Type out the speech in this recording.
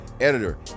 Editor